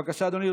בבקשה, אדוני.